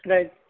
Right